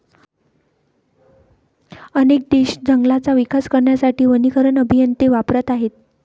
अनेक देश जंगलांचा विकास करण्यासाठी वनीकरण अभियंते वापरत आहेत